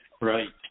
right